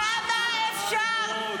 כמה אפשר?